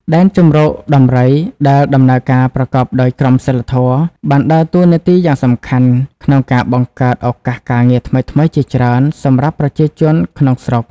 ដែនជម្រកដំរីដែលដំណើរការប្រកបដោយក្រមសីលធម៌ បានដើរតួនាទីយ៉ាងសំខាន់ក្នុងការបង្កើតឱកាសការងារថ្មីៗជាច្រើន សម្រាប់ប្រជាជនក្នុងស្រុក។